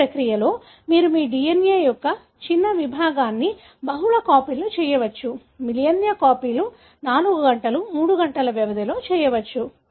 ఈ ప్రక్రియలో మీరు మీ DNA యొక్క చిన్న విభాగాన్ని బహుళ కాపీలు చేయవచ్చు మిలియన్ల కాపీలు 4 గంటలు 3 గంటల వ్యవధిలో చేయవచ్చు